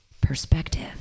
perspective